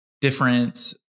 different